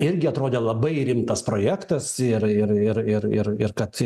irgi atrodė labai rimtas projektas ir ir ir ir ir kad